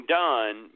done